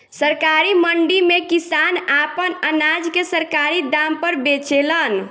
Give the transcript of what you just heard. सरकारी मंडी में किसान आपन अनाज के सरकारी दाम पर बेचेलन